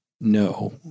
no